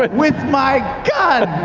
but with my gun!